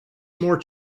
more